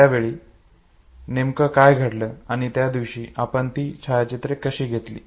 त्यावेळी नेमकं काय घडले आणि त्या दिवशी आपण ती छायाचित्रे कशी घेतली